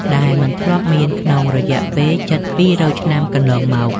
ដែលមិនធ្លាប់មានក្នុងរយៈពេលជិតពីររយឆ្នាំកន្លងមក។